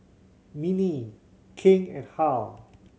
Minnie King and Harl